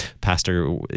Pastor